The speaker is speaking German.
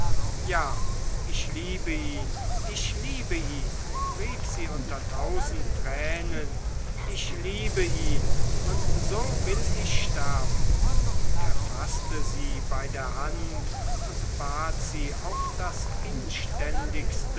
ja ich liebe ihn ich liebe ihn rief sie unter tausend tränen ich liebe ihn und so will ich sterben er faßte sie bei der hand und bat sie auf das inständigste